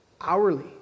hourly